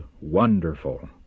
Wonderful